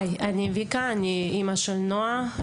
היי, אני ויקה, אני אימא של נועה.